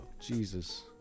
Jesus